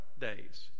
days